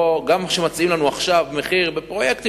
גם כאשר מציעים לנו עכשיו מחיר בפרויקטים,